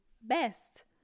best